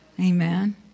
Amen